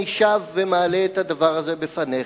אני שב ומעלה את הדבר הזה בפניך,